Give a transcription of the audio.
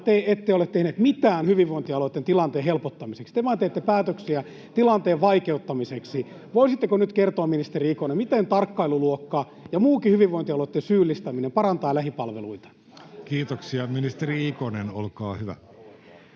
te ette ole tehneet mitään hyvinvointialueitten tilanteen helpottamiseksi. Te vain teette päätöksiä tilanteen vaikeuttamiseksi. Voisitteko nyt kertoa, ministeri Ikonen, miten tarkkailuluokka ja muukin hyvinvointialueitten syyllistäminen parantavat lähipalveluita? Kiitoksia. — Ministeri Ikonen, olkaa hyvä.